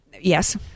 Yes